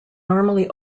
normally